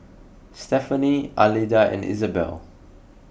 Stefani Alida and Isabel